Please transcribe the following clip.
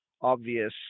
obvious